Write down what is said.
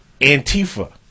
Antifa